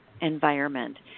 environment